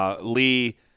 Lee